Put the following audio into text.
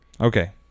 Okay